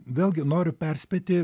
vėlgi noriu perspėti